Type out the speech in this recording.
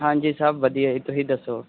ਹਾਂਜੀ ਸਭ ਵਧੀਆ ਜੀ ਤੁਸੀਂ ਦੱਸੋ